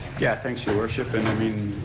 yeah, thanks, your worship, and, i mean,